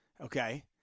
okay